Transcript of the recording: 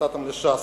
נתתם לש"ס,